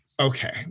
okay